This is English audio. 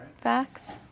Facts